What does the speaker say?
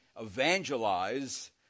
evangelize